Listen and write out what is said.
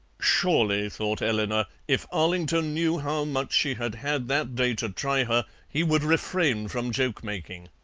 surely, thought eleanor, if arlington knew how much she had had that day to try her, he would refrain from joke-making.